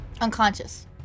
Unconscious